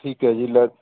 ਠੀਕ ਹੈ ਜੀ ਲੈ